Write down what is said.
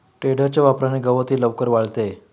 टेडरच्या वापराने गवतही लवकर वाळते